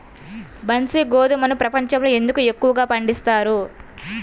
బన్సీ గోధుమను ప్రపంచంలో ఎందుకు ఎక్కువగా పండిస్తారు?